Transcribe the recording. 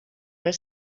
were